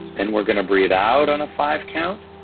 and we're gonna breathe out on a five-count.